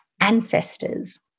ancestors